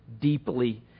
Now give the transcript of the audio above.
deeply